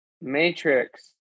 Matrix